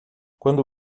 quando